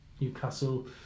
Newcastle